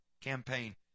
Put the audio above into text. campaign